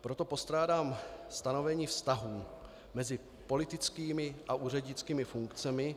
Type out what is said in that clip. Proto postrádám stanovení vztahů mezi politickými a úřednickými funkcemi.